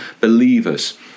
believers